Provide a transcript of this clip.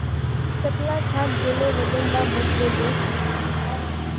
कतला खाद देले वजन डा बढ़बे बे?